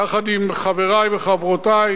יחד עם חברי וחברותי,